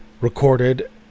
recorded